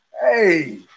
Hey